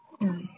mm